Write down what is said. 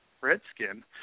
Redskin